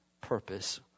purpose